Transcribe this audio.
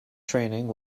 training